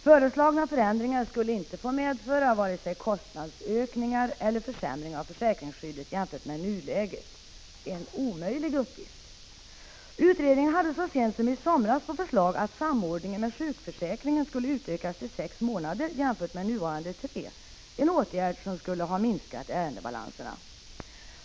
Föreslagna förändringar skulle inte få medföra vare sig kostnadsökningar eller försämring av försäkringsskyddet jämfört med nuläget — en omöjlig uppgift. Utredningen hade så sent som i somras på förslag att samordningen med sjukförsäkringen skulle utökas till sex månader jämfört med nuvarande tre, en åtgärd som skulle ha minskat ärendebalanserna.